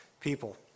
people